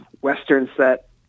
Western-set